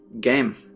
Game